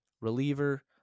reliever